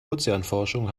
ozeanforschung